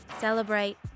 celebrate